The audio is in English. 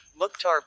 Mukhtar